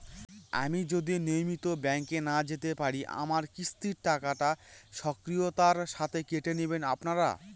আমি যদি নিয়মিত ব্যংকে না যেতে পারি আমার কিস্তির টাকা স্বকীয়তার সাথে কেটে নেবেন আপনারা?